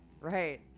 Right